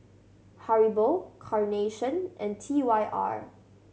Haribo Carnation and T Y R